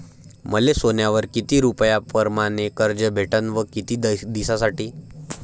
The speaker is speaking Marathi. मले सोन्यावर किती रुपया परमाने कर्ज भेटन व किती दिसासाठी?